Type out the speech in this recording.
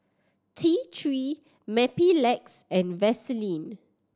T Three Mepilex and Vaselin